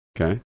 Okay